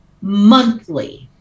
monthly